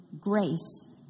grace